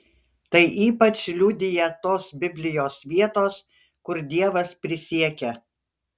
tai ypač liudija tos biblijos vietos kur dievas prisiekia